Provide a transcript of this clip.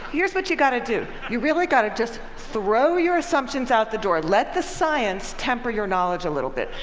here's what you've got to do. you've really got to just throw your assumptions out the door. let the science temper your knowledge a little bit.